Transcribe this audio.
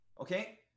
okay